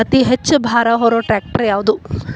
ಅತಿ ಹೆಚ್ಚ ಭಾರ ಹೊರು ಟ್ರ್ಯಾಕ್ಟರ್ ಯಾದು?